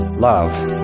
love